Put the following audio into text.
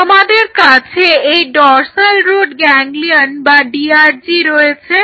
তোমাদের কাছে এই ডর্সাল রুট গ্যাংগলিয়ন বা DRG রয়েছে